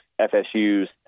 FSU's